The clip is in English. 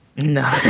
No